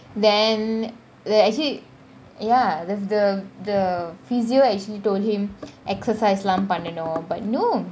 then a~ actually ya there's the the physio actually told him exercise லாம் பண்ணனும் :lam pannanum but no